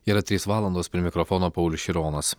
yra trys valandos prie mikrofono paulius šironas